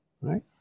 right